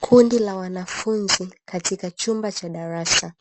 Kundi la wanafunzi katika chumba cha darasa